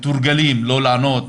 מתורגלים לא לענות,